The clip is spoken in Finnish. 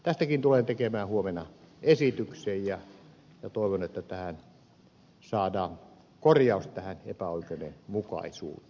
tästäkin tulen tekemään huomenna esityksen ja toivon että tähän epäoikeudenmukaisuuteen saadaan korjaus